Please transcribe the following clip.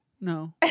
No